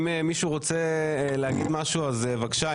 אם מישהו רוצה להגיד משהו, אז בבקשה.